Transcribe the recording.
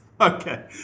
Okay